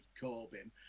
Corbyn